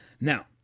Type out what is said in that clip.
Now